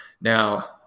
Now